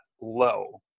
low